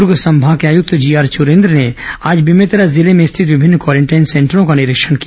दुर्ग संभाग आयुक्त जीआर चुरेन्द्र ने आज बेमेतरा जिले में स्थित विभिन्न क्वारेंटाइन सेंटरों का निरीक्षण किया